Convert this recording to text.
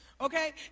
Okay